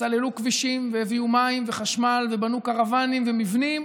סללו כבישים והביאו מים וחשמל ובנו קרוואנים ומבנים,